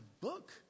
book